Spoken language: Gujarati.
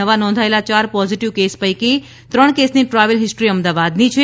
નવા નોંધાયેલા ચાર પોઝીટીવ કેસ પૈકી ત્રણ કેસની ટ્રાવેલ હિસ્ટ્રી અમદાવાદની છે